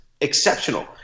exceptional